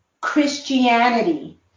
Christianity